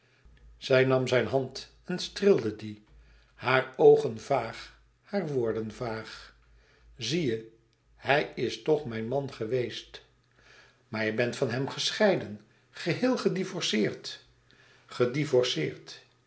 zij nam zijn hand en streelde die hare oogen vaag hare woorden vaag zie je hij is toch mijn man geweest maar je bent van hem gescheiden geheel